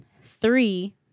three